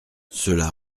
cela